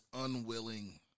unwilling